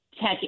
tech